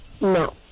No